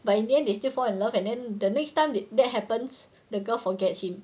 but in the end they still fall in love and then the next time they that happens the girl forgets him